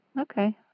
Okay